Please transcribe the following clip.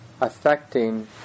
affecting